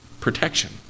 protection